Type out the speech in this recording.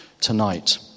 tonight